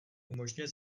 umožňuje